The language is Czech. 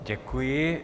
Děkuji.